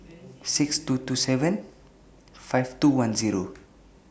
six two two seven five two one Zero